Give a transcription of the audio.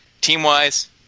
team-wise